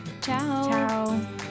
Ciao